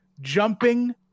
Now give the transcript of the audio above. jumping